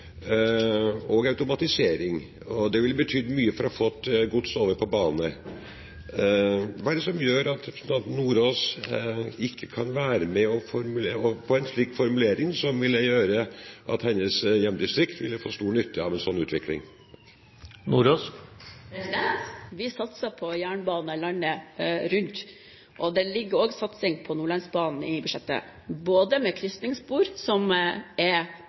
og automatisering. Det ville betydd mye for å få gods over på bane. Hva er det som gjør at representanten Nordås ikke kan være med på en slik formulering, når hennes hjemdistrikt ville få stor nytte av en sånn utvikling? Vi satser på jernbane landet rundt. Det ligger også en satsing på Nordlandsbanen i budsjettet, både satsing på krysningsspor, som er